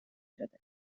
شده